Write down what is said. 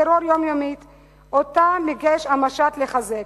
יומיומית שאותה ביקש המשט לחזק.